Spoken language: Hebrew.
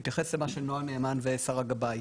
אני רוצה להתייחס למה שנועה נאמן ושריי גבאי,